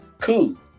Cool